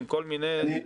עם כל מיני וכולי.